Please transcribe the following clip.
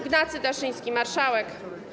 Ignacy Daszyński, marszałek.